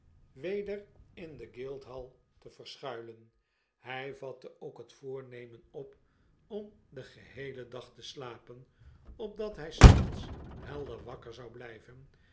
weder in de guildhall te verschuilen hfl vatte ookhet voornemen op om den geheelen dag te slapen opdat hij des nachts helder wakker zou blgven